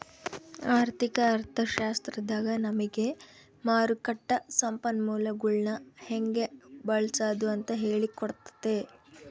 ಆರ್ಥಿಕ ಅರ್ಥಶಾಸ್ತ್ರದಾಗ ನಮಿಗೆ ಮಾರುಕಟ್ಟ ಸಂಪನ್ಮೂಲಗುಳ್ನ ಹೆಂಗೆ ಬಳ್ಸಾದು ಅಂತ ಹೇಳಿ ಕೊಟ್ತತೆ